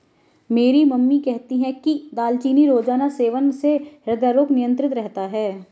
मेरी मम्मी कहती है कि दालचीनी रोजाना सेवन से हृदय रोग नियंत्रित रहता है